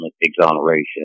exoneration